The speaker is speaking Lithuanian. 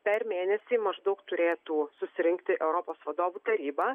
per mėnesį maždaug turėtų susirinkti europos vadovų taryba